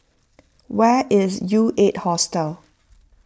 where is U eight Hostel